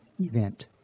event